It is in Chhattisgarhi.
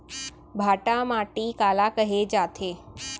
भांटा माटी काला कहे जाथे?